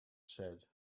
said